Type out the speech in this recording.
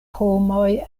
homoj